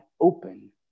open